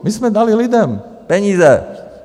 My jsme dali lidem peníze.